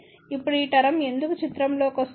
ఇప్పుడు ఈ టర్మ్ ఎందుకు చిత్రంలోకి వస్తుంది